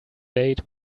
date